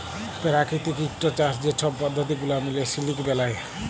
পেরাকিতিক ইকট চাষ যে ছব পদ্ধতি গুলা মিলে সিলিক বেলায়